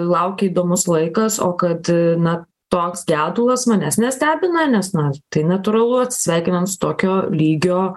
laukia įdomus laikas o kad na toks gedulas manęs nestebina nes na tai natūralu atsisveikinant su tokio lygio